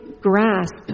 grasp